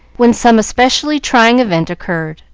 when some especially trying event occurred,